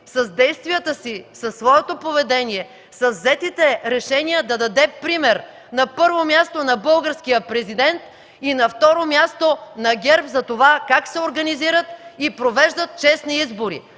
с действията си, със своето поведение, с взетите решения да даде пример, на първо място, на българския Президент и, на второ място, на ГЕРБ за това как се организират и провеждат честни избори.